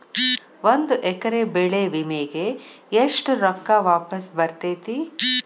ಒಂದು ಎಕರೆ ಬೆಳೆ ವಿಮೆಗೆ ಎಷ್ಟ ರೊಕ್ಕ ವಾಪಸ್ ಬರತೇತಿ?